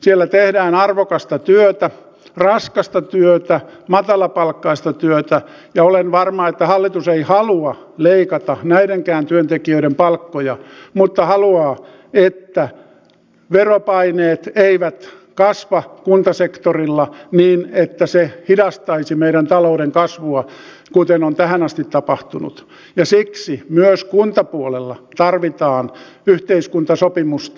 siellä tehdään arvokasta työtä raskasta työtä matalapalkkaista työtä ja olen varma että hallitus ei halua leikata näidenkään työntekijöiden palkkoja mutta haluaa että veropaineet eivät kasva kuntasektorilla niin että se hidastaisi meidän taloutemme kasvua kuten on tähän asti tapahtunut ja siksi myös kuntapuolella tarvitaan yhteiskuntasopimusta